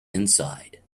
inside